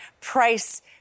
price